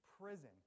prison